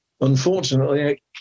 unfortunately